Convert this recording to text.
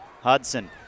Hudson